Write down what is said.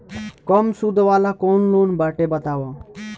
कम सूद वाला कौन लोन बाटे बताव?